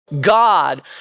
God